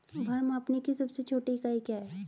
भार मापने की सबसे छोटी इकाई क्या है?